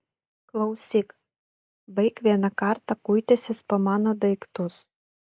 klausyk baik vieną kartą kuitęsis po mano daiktus